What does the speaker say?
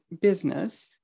business